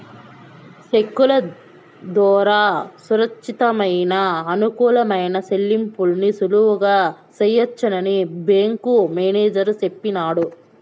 సెక్కుల దోరా సురచ్చితమయిన, అనుకూలమైన సెల్లింపుల్ని సులువుగా సెయ్యొచ్చని బ్యేంకు మేనేజరు సెప్పినాడు